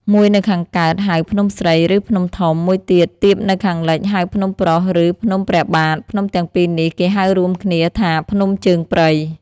មួយនៅខាងកើត ហៅ ភ្នំស្រី ឬ ភ្នំធំ, មួយទៀត ទាបនៅខាងលិច ហៅ ភ្នំប្រុស ឬ ភ្នំព្រះបាទ, ភ្នំទាំងពីរនេះ គេហៅរួមគ្នាថា "ភ្នំជើងព្រៃ"